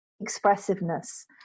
expressiveness